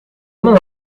não